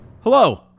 Hello